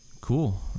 cool